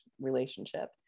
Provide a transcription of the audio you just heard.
relationship